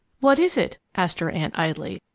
what is it? asked her aunt, idly.